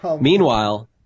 Meanwhile